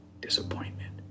disappointment